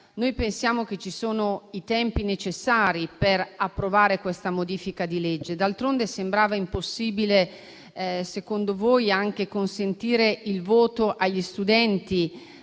pensiamo che ci siano i tempi necessari per approvare questa modifica di legge. D'altronde, secondo voi sembrava impossibile anche consentire il voto agli studenti